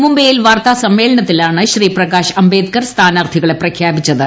മുംബൈയിൽ വാർത്താ സമ്മേളനത്തിലാണ് പ്രകാൾ് അംബേദ്കർ സ്ഥാനാർഥികളെ പ്രഖ്യാപിച്ചത്